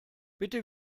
bitte